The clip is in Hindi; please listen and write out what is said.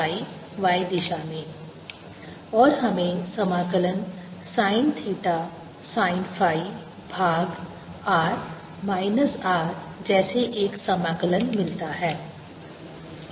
KKsinθKsinθsinϕ xKsinθcosϕ और हमें समाकलन sin थीटा sin फाई भाग r माइनस R जैसे एक समाकलन मिलता है